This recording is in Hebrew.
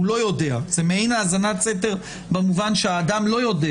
לא יודע זה מעין האזנת סתר במובן שהאדם לא יודע